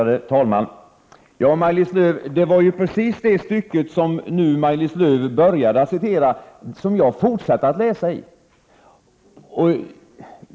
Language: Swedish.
Herr talman! Det var precis det stycke som Maj-Lis Lööw nu började citera ur som jag fortsatte att läsa i.